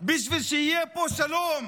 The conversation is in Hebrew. בשביל שיהיה פה שלום,